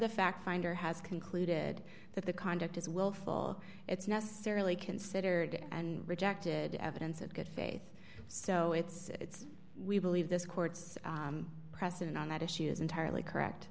the fact finder has concluded that the conduct is willful it's necessarily considered and rejected evidence of good faith so it's we believe this court's precedent on that issue is entirely correct